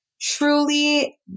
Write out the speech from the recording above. truly